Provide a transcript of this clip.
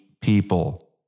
people